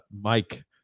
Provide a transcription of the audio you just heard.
Mike